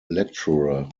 lecturer